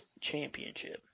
championship